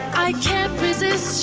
i can't resist